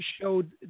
showed